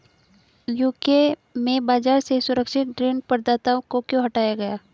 UK में बाजार से सुरक्षित ऋण प्रदाताओं को क्यों हटाया गया?